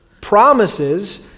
promises